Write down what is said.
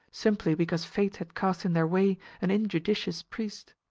simply because fate had cast in their way an injudicious priest.